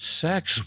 Sex